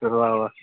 چلو اوا